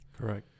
Correct